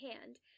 hand